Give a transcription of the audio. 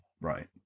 right